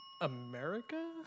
America